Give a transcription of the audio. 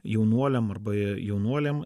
jaunuoliam arba jaunuolėm